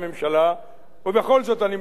ובכל זאת אני מביע את תקוותי,